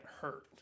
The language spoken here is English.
hurt